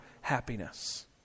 happiness